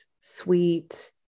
sweet